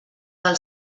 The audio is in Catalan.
del